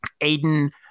Aiden